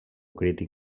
crític